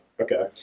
Okay